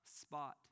spot